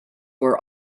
were